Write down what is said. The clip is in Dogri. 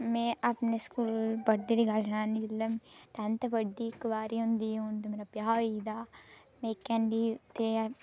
में अपने स्कूल पढ़दी दी गल्ल सनान्नी जिसले में टैन्थ पढ़दी ही इक बारी जंदू मेरा ब्याह् होई गेदा में इक हांडी उत्थै